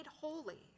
holy